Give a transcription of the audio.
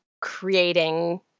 creating